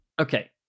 Okay